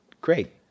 Great